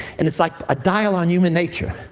and it's like a dial on human nature.